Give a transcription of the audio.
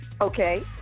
Okay